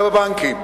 זה בבנקים.